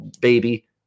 baby